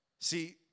See